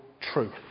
truth